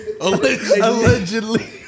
Allegedly